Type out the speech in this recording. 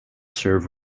serve